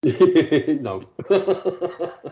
No